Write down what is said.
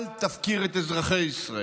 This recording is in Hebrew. אל תפקיר את אזרחי ישראל.